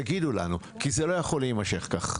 זה לא יכול להימשך כך.